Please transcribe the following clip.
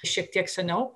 šiek tiek seniau